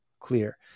Clear